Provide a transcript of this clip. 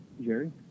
Jerry